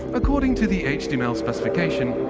according to the specification,